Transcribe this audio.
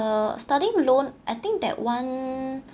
uh starting loan I think that one